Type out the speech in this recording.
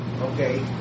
okay